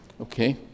okay